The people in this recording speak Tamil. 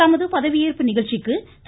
தமது பதவியேற்பு நிகழ்ச்சிக்கு திரு